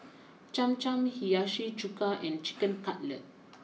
Cham Cham Hiyashi Chuka and Chicken Cutlet